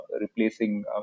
replacing